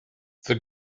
the